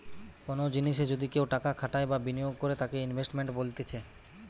কোনো জিনিসে যদি কেও টাকা খাটাই বা বিনিয়োগ করে তাকে ইনভেস্টমেন্ট বলতিছে